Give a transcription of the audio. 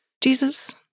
Jesus